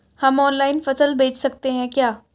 हम ऑनलाइन फसल बेच सकते हैं क्या?